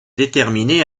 déterminé